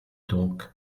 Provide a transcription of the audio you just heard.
donc